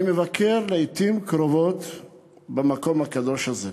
אני מבקר לעתים קרובות במקום הקדוש הזה.